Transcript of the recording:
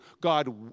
God